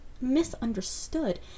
misunderstood